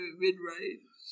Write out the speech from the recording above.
mid-range